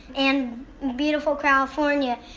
in beautiful california.